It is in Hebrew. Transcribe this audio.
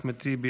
אחמד טיבי,